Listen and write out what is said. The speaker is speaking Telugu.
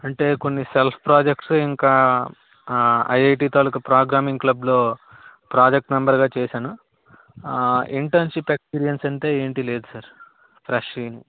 అంటే కొన్ని సెల్ఫ్ ప్రాజెక్ట్స్ ఇంకా ఆ ఐఐటి తాలూక ప్రోగ్రామింగ్ క్లబ్లో ప్రాజెక్ట్ మెంబెర్గా చేసాను ఆ ఇంటర్న్షిప్ ఎక్స్పీరియన్స్ అంటే ఏమీ లేదు సార్ ఫ్రెష్యే